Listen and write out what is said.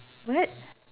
what